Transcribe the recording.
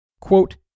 Quote